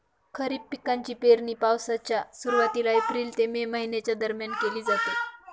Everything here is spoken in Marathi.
खरीप पिकांची पेरणी पावसाच्या सुरुवातीला एप्रिल ते मे च्या दरम्यान केली जाते